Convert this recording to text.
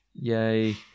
Yay